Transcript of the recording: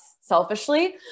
selfishly